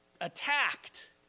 attacked